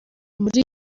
muri